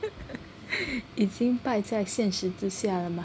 it seemed 摆在现实只下了吗